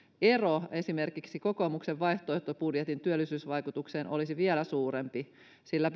ero esimerkiksi kokoomuksen vaihtoehtobudjetin työllisyysvaikutukseen olisi vielä suurempi sillä